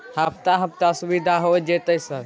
हफ्ता हफ्ता सुविधा होय जयते सर?